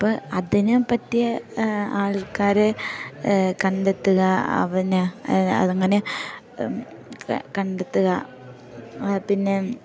അപ്പം അതിനു പറ്റിയ ആൾക്കാരെ കണ്ടെത്തുക അവന് അങ്ങനെ കണ്ടെത്തുക പിന്നെ